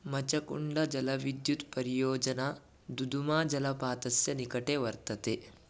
मचकुण्डजलविद्युत् परियोजना दुदुमा जलपातस्य निकटे वर्तते